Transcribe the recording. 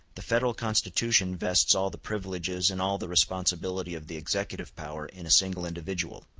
the federal constitution vests all the privileges and all the responsibility of the executive power in a single individual.